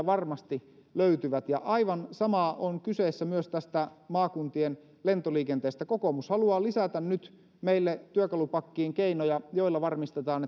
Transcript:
varmasti löytyvät ja aivan sama on kyseessä tässä maakuntien lentoliikenteessä kokoomus haluaa nyt lisätä meille työkalupakkiin keinoja joilla varmistetaan